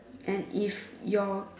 and if your